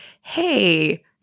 hey—